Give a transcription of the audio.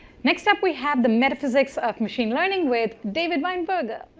next up we have the metaphysics of machine learning with david weinberger.